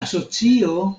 asocio